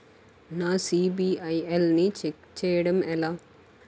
నా సిబిఐఎల్ ని ఛెక్ చేయడం ఎలా?